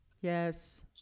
Yes